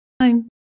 time